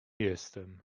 jestem